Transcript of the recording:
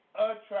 attract